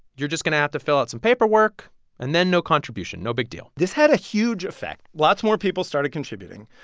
you're just going to have to fill out some paperwork and then no contribution no big deal this had a huge effect. lots more people started contributing.